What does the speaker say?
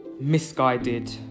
misguided